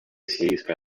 сирийской